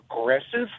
aggressive